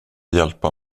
hjälpa